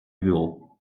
bureau